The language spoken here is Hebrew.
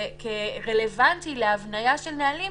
כרלוונטי להבניית נהלים,